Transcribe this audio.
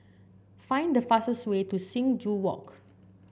find the fastest way to Sing Joo Walk